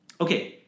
Okay